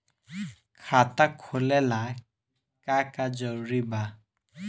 खाता खोले ला का का जरूरी बा?